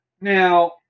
Now